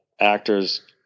actors